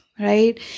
right